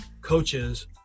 coaches